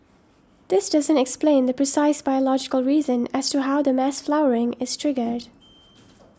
this doesn't explain the precise biological reason as to how the mass flowering is triggered